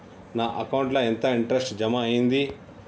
నా అకౌంట్ ల ఎంత ఇంట్రెస్ట్ జమ అయ్యింది?